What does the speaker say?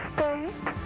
State